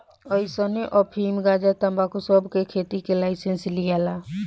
अइसने अफीम, गंजा, तंबाकू सब के खेती के लाइसेंस लियाला